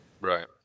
Right